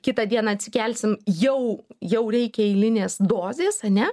kitą dieną atsikelsim jau jau reikia eilinės dozės ane